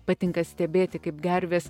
patinka stebėti kaip gervės